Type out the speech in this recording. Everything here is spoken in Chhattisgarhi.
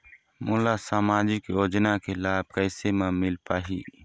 मोला सामाजिक योजना के लाभ कैसे म मिल पाही?